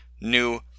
new